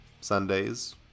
sundays